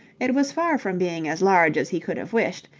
it was far from being as large as he could have wished,